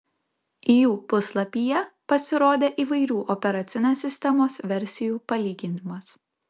jų puslapyje pasirodė įvairių operacinės sistemos versijų palyginimas